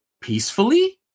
peacefully